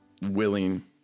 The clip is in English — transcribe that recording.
willing